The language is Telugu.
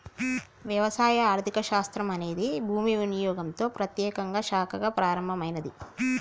వ్యవసాయ ఆర్థిక శాస్త్రం అనేది భూమి వినియోగంతో ప్రత్యేకంగా శాఖగా ప్రారంభమైనాది